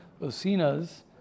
Osina's